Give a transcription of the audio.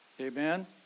Amen